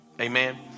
Amen